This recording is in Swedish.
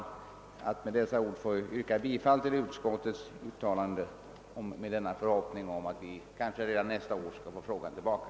Jag ber med dessa ord att få yrka bifall till utskottets hem ställan, i den förhoppningen att frågan redan nästa år skall komma tillbaka.